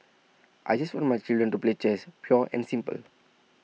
I just want my children to play chess pure and simple